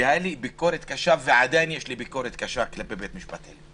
שיש לו ביקורת קשה כלפי בית המשפט העליון